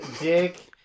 dick